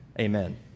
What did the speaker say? Amen